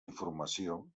informació